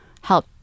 help